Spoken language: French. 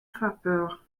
frappeur